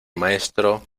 maestro